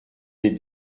des